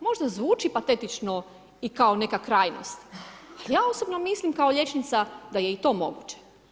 Možda zvuči patetično i kao neka krajnost ali ja osobno mislim kao liječnica da je i to moguće.